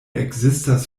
ekzistas